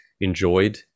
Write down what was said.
enjoyed